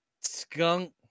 skunk